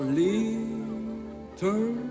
little